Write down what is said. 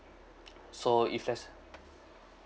so if there's